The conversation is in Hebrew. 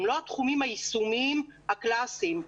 הם לא התחומים היישומיים הקלסיים.